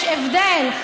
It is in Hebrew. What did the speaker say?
יש הבדל.